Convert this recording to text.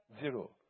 zero